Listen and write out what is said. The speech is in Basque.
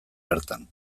bertan